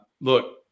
Look